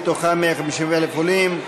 מתוכם 150,000 עולים,